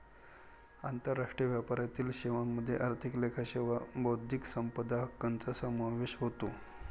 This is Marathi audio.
आंतरराष्ट्रीय व्यापारातील सेवांमध्ये आर्थिक लेखा सेवा बौद्धिक संपदा हक्कांचा समावेश होतो